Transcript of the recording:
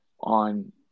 on